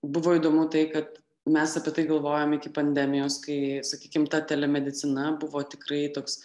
buvo įdomu tai kad mes apie tai galvojom iki pandemijos kai sakykim ta telemedicina buvo tikrai toks